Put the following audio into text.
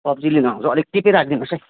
सब्जी लिन आउँछु अलिक टिपेर राखिदिनुहोस् है